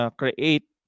create